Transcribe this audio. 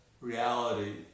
reality